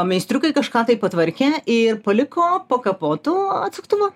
meistriukai kažką tai patvarkė ir paliko po kapotu atsuktuvą